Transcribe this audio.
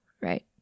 right